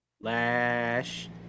Lash